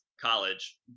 college